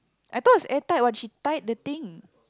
I thought is air tight what she tie the thing